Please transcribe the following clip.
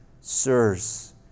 Sirs